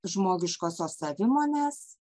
žmogiškosios savimonės